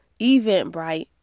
Eventbrite